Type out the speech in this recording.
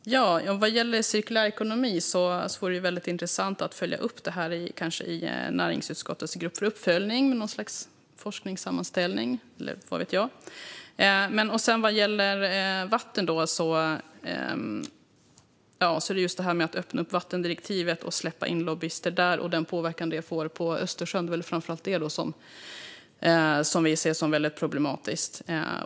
Fru talman! Vad gäller cirkulär ekonomi vore det intressant att följa upp detta i näringsutskottets grupp för uppföljning med något slags forskningssammanställning eller så. När det gäller vatten handlar det främst om vilken påverkan det kan bli på Östersjön om vattendirektivet öppnas upp och lobbyister släpps in. Det ser vi som mycket problematiskt.